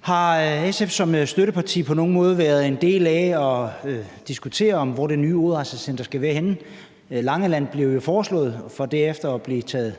Har SF som støtteparti på nogen måde været en del af at diskutere, hvor det nye udrejsecenter skal ligge henne? Langeland blev jo foreslået, for derefter at blive taget